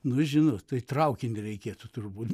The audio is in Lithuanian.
nu žinot tai traukinį reikėtų turbūt